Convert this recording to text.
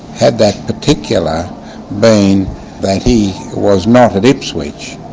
had that particular been that he was not at ipswich,